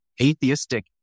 atheistic